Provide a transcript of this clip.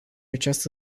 această